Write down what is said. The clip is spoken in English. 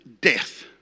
death